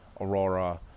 Aurora